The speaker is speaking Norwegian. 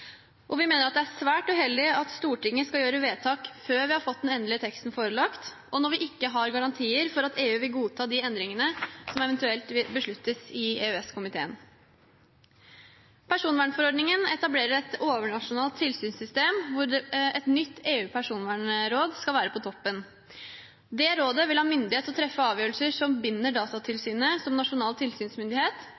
Vi mener det er svært uheldig at Stortinget skal fatte vedtak før vi har fått den endelige teksten forelagt oss, og når vi ikke har garantier for at EU vil godta de endringene som eventuelt besluttes i EØS-komiteen. Personvernforordningen etablerer et overnasjonalt tilsynssystem hvor et nytt EU-personvernråd skal være på toppen. Det rådet vil ha myndighet til å treffe avgjørelser som binder